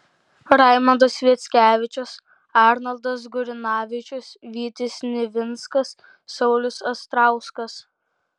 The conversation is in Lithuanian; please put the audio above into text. raimondas sviackevičius arnoldas gurinavičius vytis nivinskas saulius astrauskas